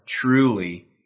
truly